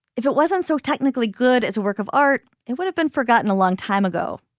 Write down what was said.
if it wasn't so technically good it's a work of art. it would have been forgotten a long time ago.